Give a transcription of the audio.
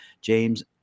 James